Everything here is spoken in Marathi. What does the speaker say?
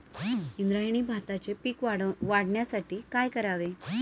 इंद्रायणी भाताचे पीक वाढण्यासाठी काय करावे?